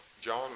John